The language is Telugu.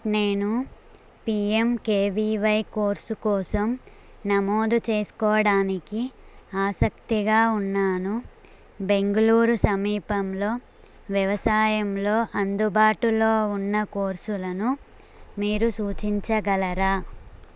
నేను పీఎంకేవీవై కోర్సు కోసం నమోదు చేసుకోవడానికి ఆసక్తిగా ఉన్నాను బెంగుళూరు సమీపంలో వ్యవసాయంలో అందుబాటులో ఉన్న కోర్సులను మీరు సూచించగలరా